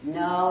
no